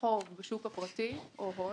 חוב בשוק הפרטי או הון,